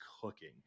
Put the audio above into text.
cooking